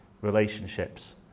relationships